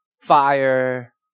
fire